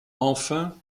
enfin